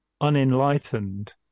unenlightened